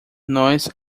nós